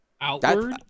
outward